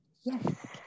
Yes